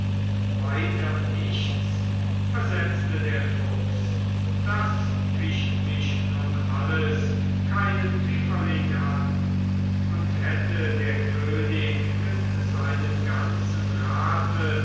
weiter nichts versetzte der fuchs das ficht mich nun alles keinen pfifferling an und hätte der könig mit seinem ganzen rate